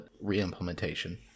re-implementation